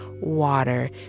water